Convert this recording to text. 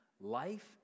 life